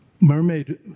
Mermaid